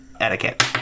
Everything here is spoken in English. etiquette